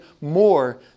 more